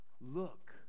look